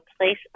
place